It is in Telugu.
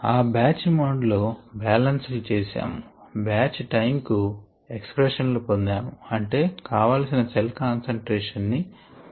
ఆ బాచ్ మోడ్ లో బ్యాలెన్స్ లు చేశాము బ్యాచ్ టైం కు ఎక్సప్రెషన్ లు పొందాము అంటే కావలసిన సెల్ కాన్సెంట్రేషన్ ని పొందడానికి కావాల్సిన టైమ్